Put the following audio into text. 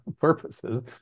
purposes